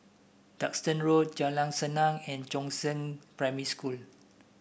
Duxton Road Jalan Senang and Chongzheng Primary School